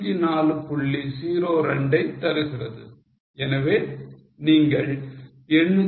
02 ஐ தருகிறது எனவே நீங்கள் 804